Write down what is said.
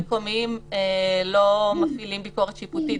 בתי המשפט לעניינים מקומיים לא מפעילים ביקורת שיפוטית.